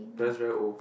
parents very old